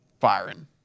Firing